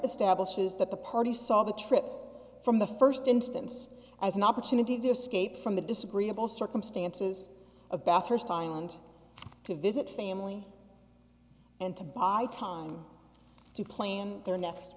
establishes that the party saw the trip from the first instance as an opportunity to escape from the disagreeable circumstances of bathurst trial and to visit family and to buy time to plan their next